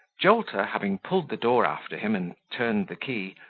jolter, having pulled the door after him and turned the key,